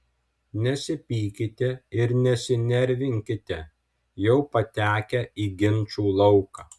nesipykite ir nesinervinkite jau patekę į ginčų lauką